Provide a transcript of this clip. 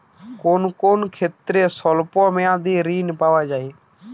কোন কোন ক্ষেত্রে স্বল্প মেয়াদি ঋণ পাওয়া যায়?